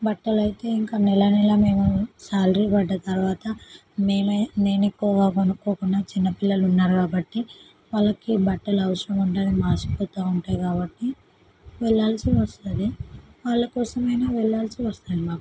బట్టలైతే ఇంకా నెలనెలా మేము సాలరీ పడ్డ తరువాత మేమై నేను ఎక్కువగా కొనుక్కోకున్నా చిన్నపిల్లలు ఉన్నారు కాబట్టి వాళ్ళకి బట్టలు అవసరం ఉంటాయి మాసిపోతాను ఉంటాయి కాబట్టి వెళ్ళాల్సి వస్తుంది వాళ్ళకోసమైన వెళ్ళాల్సి వస్తుంది మాకు